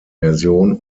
version